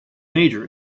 major